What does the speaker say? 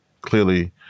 clearly